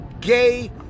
gay